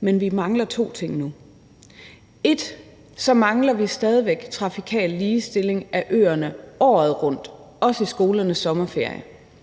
men vi mangler endnu to ting: 1) trafikal ligestilling af øerne året rundt, også i skolernes sommerferie,